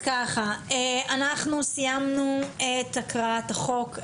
אנחנו סיימנו את הקראת החוק,